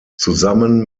zusammen